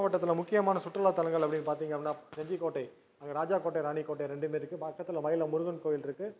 மாவட்டத்தில் முக்கியமான சுற்றுலா தலங்கள் அப்படின்னு பார்த்திங்க அப்படின்னா செஞ்சி கோட்டை அங்கே ராஜா கோட்டை ராணி கோட்டை ரெண்டுமே இருக்குது பக்கத்தில் மயிலம் முருகன் கோயிலிருக்கு